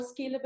scalable